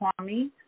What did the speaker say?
Kwame